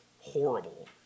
horrible